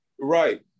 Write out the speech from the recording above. Right